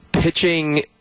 Pitching